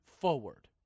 forward